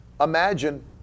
imagine